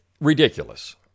ridiculous